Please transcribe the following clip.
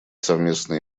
совместные